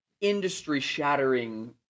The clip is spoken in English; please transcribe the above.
industry-shattering